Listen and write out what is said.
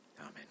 Amen